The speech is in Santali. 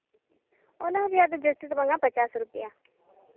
ᱚᱱᱟ ᱨᱮᱭᱟᱜ ᱫᱚ ᱡᱟᱹᱥᱛᱤ ᱫᱚ ᱵᱟᱝᱼᱟ ᱯᱚᱧᱪᱟᱥ ᱨᱩᱯᱤᱭᱟ